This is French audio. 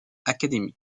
academy